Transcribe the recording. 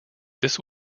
this